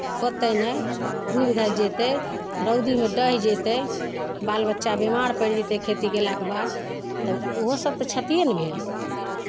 होतै नहि जेतै रौदीमे डहि जेतै बाल बच्चा बीमार पड़ि जेतै खेत गेलाक बाद तऽ ओहोसभ तऽ क्षतिए ने भेल